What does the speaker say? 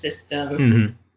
system